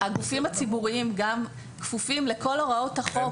הגופים הציבוריים כפופים לכל הוראות החוק.